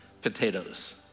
Potatoes